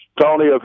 Tony